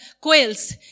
quails